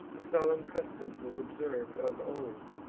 a solemn custom was observ'd of old,